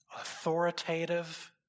authoritative